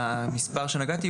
המספר שנגעתי,